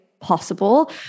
possible